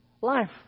life